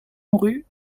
mourut